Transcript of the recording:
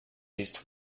least